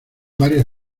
varias